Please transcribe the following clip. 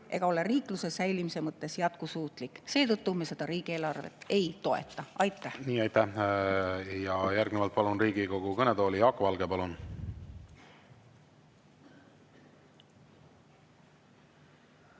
ega ole riikluse säilimise mõttes jätkusuutlik. Seetõttu me seda riigieelarvet ei toeta. Aitäh! Aitäh! Järgnevalt palun Riigikogu kõnetooli Jaak Valge. Palun!